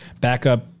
backup